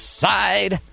side